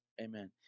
amen